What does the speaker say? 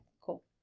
cool